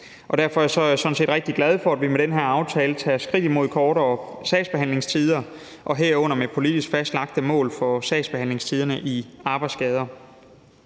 Derfor er jeg sådan set rigtig glad for, at vi med den her aftale tager et skridt imod kortere sagsbehandlingstider, herunder med politisk fastlagte mål for sagsbehandlingstiderne i arbejdsskadesager.